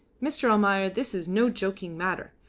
mr. almayer, this is no joking matter.